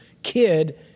kid